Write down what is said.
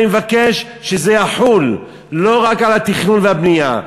אני מבקש שזה יחול לא רק על התכנון והבנייה,